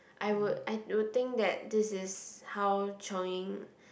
I would I w~ would think that this is how chionging